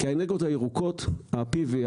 כי האנרגיות הירוקות ה-PV,